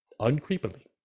Uncreepily